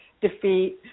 defeat